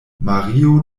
mario